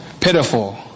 pitiful